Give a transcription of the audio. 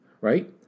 right